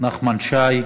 נחמן שי?